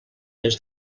des